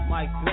Mike